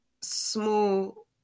small